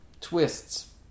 twists